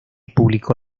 publicó